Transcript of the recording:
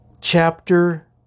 Chapter